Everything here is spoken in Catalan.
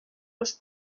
los